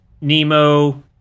Nemo